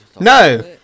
No